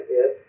Yes